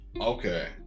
Okay